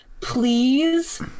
please